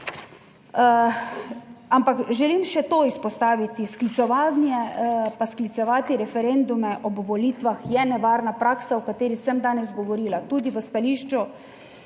Ampak, želim še to izpostaviti, sklicevanje pa sklicevati referendume o volitvah je nevarna praksa o kateri sem danes govorila. Tudi v stališču